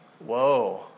Whoa